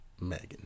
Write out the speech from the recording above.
Megan